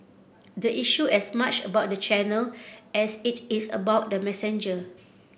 the issue as much about the channel as it is about the messenger